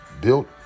built